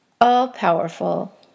all-powerful